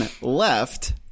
left